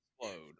explode